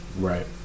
Right